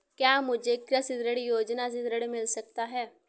क्या मुझे कृषि ऋण योजना से ऋण मिल सकता है?